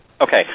Okay